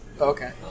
Okay